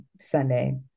Sunday